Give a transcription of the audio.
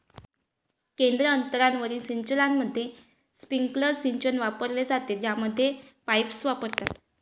केंद्र अंतरावरील सिंचनामध्ये, स्प्रिंकलर सिंचन वापरले जाते, ज्यामध्ये पाईप्स वापरतात